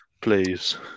please